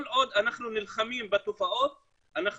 כל עוד אנחנו נלחמים בתופעות אנחנו